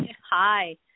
Hi